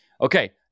Okay